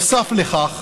נוסף לכך,